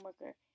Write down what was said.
worker